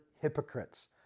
hypocrites